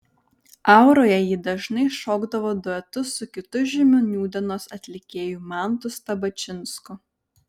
auroje ji dažnai šokdavo duetu su kitu žymiu nūdienos atlikėju mantu stabačinsku